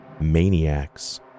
maniacs